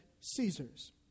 Caesar's